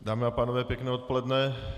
Dámy a pánové, pěkné odpoledne.